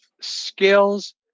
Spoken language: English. skills